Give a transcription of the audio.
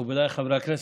מכובדיי חברי הכנסת,